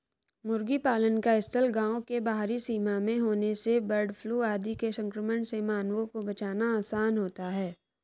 मुर्गी पालन का स्थल गाँव के बाहरी सीमा में होने से बर्डफ्लू आदि के संक्रमण से मानवों को बचाना आसान होता है